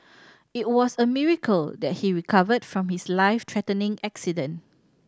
it was a miracle that he recovered from his life threatening accident